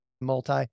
multi